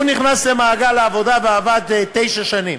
והוא נכנס למעגל העבודה ועבד תשע שנים,